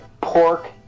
pork